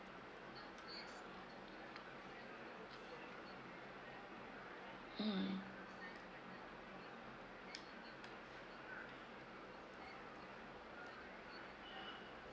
mm